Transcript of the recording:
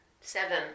seven